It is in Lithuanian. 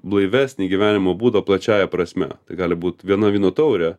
blaivesnį gyvenimo būdą plačiąja prasme gali būt viena vyno taurė